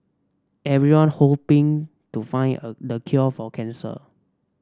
everyone hoping to find a the cure for cancer